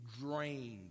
drained